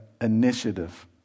initiative